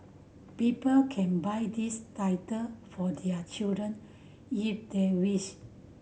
people can buy these title for their children if they wish